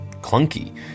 clunky